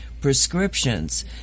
prescriptions